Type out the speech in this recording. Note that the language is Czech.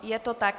Je to tak.